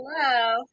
Hello